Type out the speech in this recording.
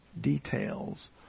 details